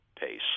pace